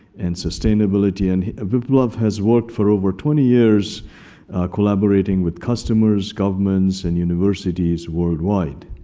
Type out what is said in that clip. and sustainability. and biplav has worked for over twenty years collaborating with customers, governments, and universities worldwide.